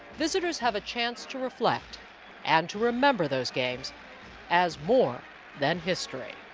visitors have a chance to reflect and to remember those games as more than history.